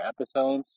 episodes